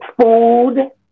food